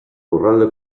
lurralde